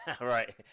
Right